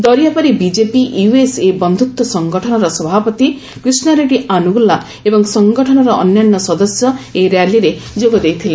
ଦରିଆପାରି BJP USA ବନ୍ଧୁତ୍ୱ ସଙ୍ଗଠନର ସଭାପତି କ୍ରିଷ୍ଣା ରେଡ୍ରୀ ଆନୁଗୁଲା ଏବଂ ସଙ୍ଗଠନର ଅନ୍ୟାନ୍ୟ ସଦସ୍ୟ ଏହି ର୍ୟାଲିରେ ଯୋଗ ଦେଇଥିଲେ